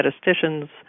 statisticians